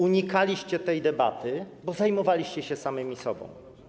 Unikaliście tej debaty, bo zajmowaliście się samymi sobą.